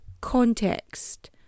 context